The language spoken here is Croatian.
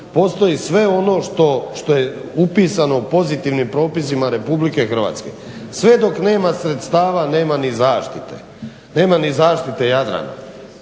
postoji sve ono što je upisano pozitivnim propisima Republike Hrvatske. Sve dok nema sredstava nema ni zaštite, nema ni zaštite Jadrana,